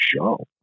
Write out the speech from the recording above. show